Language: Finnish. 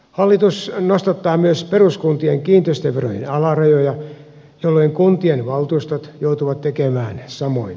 hallitus nostattaa myös peruskuntien kiinteistöverojen alarajoja jolloin kuntien valtuustot joutuvat tekemään samoin